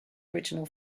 original